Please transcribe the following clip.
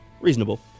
Reasonable